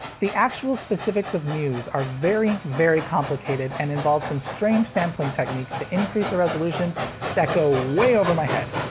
the actual specifics of muse are very very complicated and involve some strange sampling techniques to increase the resolution that go way over my head.